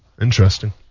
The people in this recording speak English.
Interesting